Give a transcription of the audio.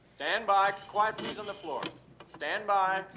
standby! quiet please on the floor standby!